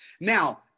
Now